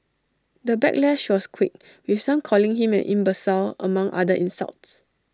the backlash was quick with some calling him an imbecile among other insults